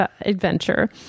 adventure